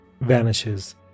vanishes